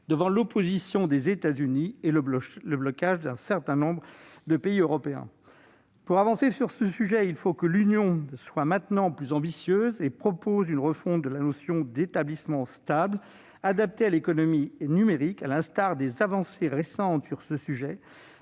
de l'opposition des États-Unis et du blocage d'un certain nombre de pays européens. Pour avancer sur ce sujet, il faut que l'Union européenne soit maintenant plus ambitieuse et qu'elle propose une refonte de la notion d'établissement stable, adaptée à l'économie numérique, à l'instar des avancées récentes sur ce sujet